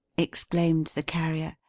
exclaimed the carrier.